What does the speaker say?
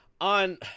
on